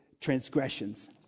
transgressions